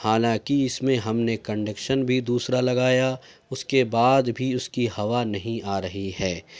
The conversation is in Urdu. حالانکہ اس میں ہم نے کنڈیکشن بھی دوسرا لگایا اس کے بعد بھی اس ہوا نہیں آ رہی ہے